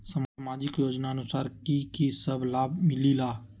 समाजिक योजनानुसार कि कि सब लाब मिलीला?